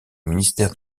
ministère